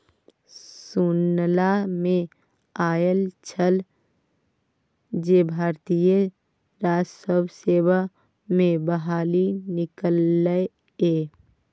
सुनला मे आयल छल जे भारतीय राजस्व सेवा मे बहाली निकललै ये